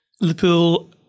Liverpool